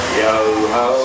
yo-ho